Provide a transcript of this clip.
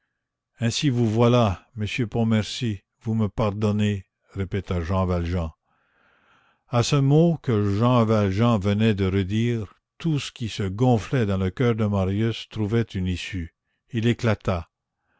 ainsi vous voilà monsieur pontmercy vous me pardonnez répéta jean valjean à ce mot que jean valjean venait de redire tout ce qui se gonflait dans le coeur de marius trouva une issue il éclata